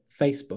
Facebook